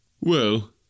Well